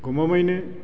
गमामायैनो